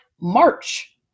March